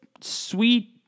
sweet